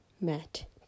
met